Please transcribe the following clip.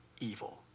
evil